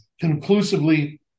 conclusively